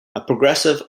optimistic